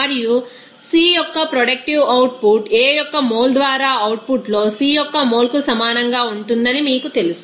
మరియు C యొక్క productive output A యొక్క మోల్ ద్వారా అవుట్పుట్లో C యొక్క మోల్కు సమానంగా ఉంటుందని మీకు తెలుసు